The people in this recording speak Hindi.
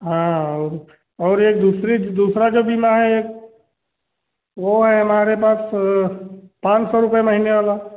हाँ और और एक दूसरी दूसरा जो बीमा है एक वो है हमारे पास पाँच सौ रुपये महीने वाला